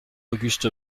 auguste